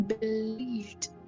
believed